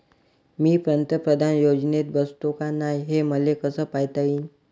मी पंतप्रधान योजनेत बसतो का नाय, हे मले कस पायता येईन?